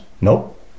Nope